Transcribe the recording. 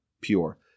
pure